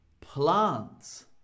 Plants